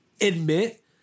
admit